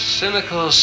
cynical